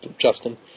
Justin